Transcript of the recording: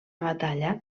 batalla